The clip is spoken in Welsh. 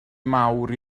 mawr